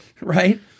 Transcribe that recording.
right